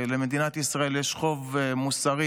למדינת ישראל יש חוב מוסרי